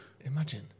Imagine